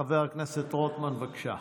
חבר הכנסת רוטמן, בבקשה.